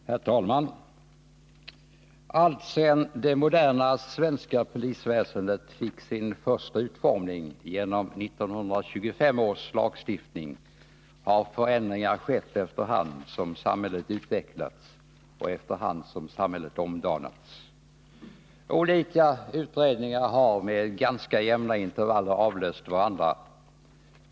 Herr talman! Alltsedan det moderna svenska polisväsendet fick sin första utformning genom 1925 års lagstiftning har förändringar skett efter hand som samhället utvecklats och omdanats. Olika utredningar har med ganska jämna intervaller avlöst varandra.